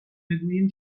بگوییم